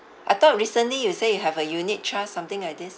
I thought recently you say you have a unit trust something like this